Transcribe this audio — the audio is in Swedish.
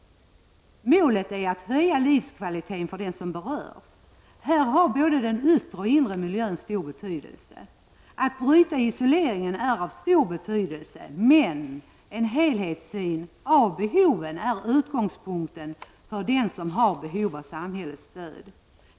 Målet är att höja livskvaliteten för den som berörs. Här har både den yttre och inre miljön stor betydelse. Att bryta isoleringen är också av stor betydelse. Men en helhetssyn på behoven är utgångspunkten för den som har behov av samhällets stöd.